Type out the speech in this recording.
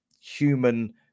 human